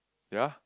ya